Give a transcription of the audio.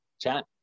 chat